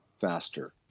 faster